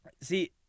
See